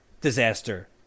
disaster